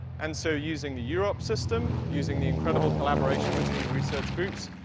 and so using the urop system, using the incredible collaboration between research groups,